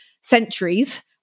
centuries